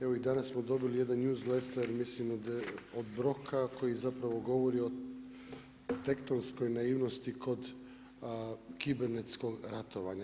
Evo i danas smo dobili jedan newsletter, mislim od Broka, koji zapravo govori o tektonskoj naivnosti kod kibernetskog ratovanja.